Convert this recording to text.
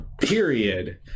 period